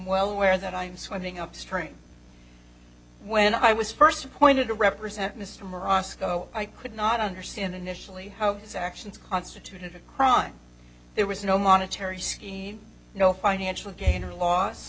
well aware that i'm swimming upstream when i was first appointed to represent mr moran sco i could not understand initially how his actions constituted a crime there was no monetary scheme no financial gain or loss